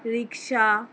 rickshaw